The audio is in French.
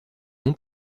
non